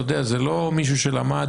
זה לא מישהו שלמד